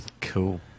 Cool